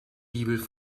bibel